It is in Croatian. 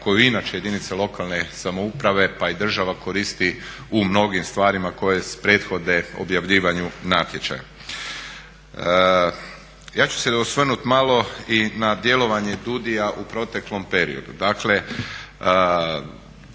koju inače jedinice lokalne samouprave pa i država koristi u mnogim stvarima koje prethode objavljivanju natječaja. Ja ću se osvrnuti malo i na djelovanje DUUDI-a u proteklom periodu.